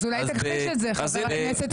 אז אולי תכחיש את זה, חבר הכנסת קיש, לפרוטוקול.